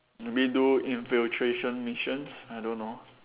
maybe do infiltration missions I don't know